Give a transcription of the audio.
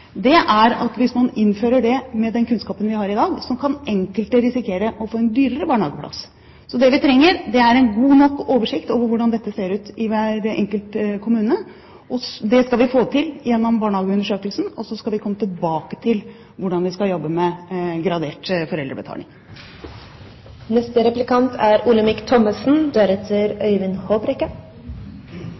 dag, er at hvis man innfører det, med den kunnskapen vi har i dag, så kan enkelte risikere å få en dyrere barnehageplass. Det vi trenger, er en god nok oversikt over hvordan dette ser ut i hver enkelt kommune. Det skal vi få til gjennom barnehageundersøkelsen, og så skal vi komme tilbake til hvordan vi skal jobbe med gradert